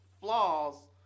flaws